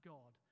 God